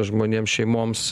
žmonėm šeimoms